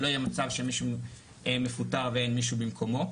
שלא ייצא מצב שמישהו מפוטר ואין מישהו במקומו.